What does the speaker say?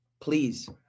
Please